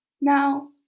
Now